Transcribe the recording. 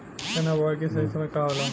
चना बुआई के सही समय का होला?